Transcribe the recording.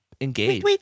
Engage